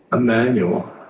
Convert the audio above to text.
Emmanuel